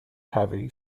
heavy